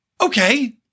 Okay